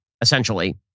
essentially